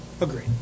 Agreed